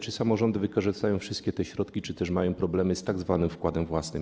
Czy samorządy wykorzystają wszystkie te środki, czy też mają problemy z tzw. wkładem własnym?